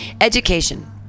Education